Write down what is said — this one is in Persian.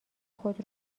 خود